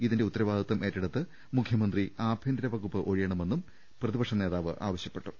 ഇതിന്റെ ഉത്തരവാദിത്വം ഏറ്റെടുത്ത് മുഖ്യമന്ത്രി ആഭ്യന്തരവകുപ്പ് ഒഴിയണമെന്നും പ്രതിപക്ഷ നേതാവ് ആവശ്യപ്പെട്ടു